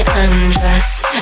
undress